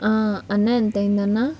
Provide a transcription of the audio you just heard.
అన్నా ఎంత అయ్యింది అన్న